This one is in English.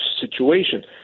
situation